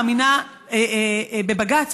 מאמינה בבג"ץ.